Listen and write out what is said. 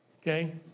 Okay